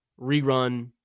rerun